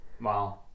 Wow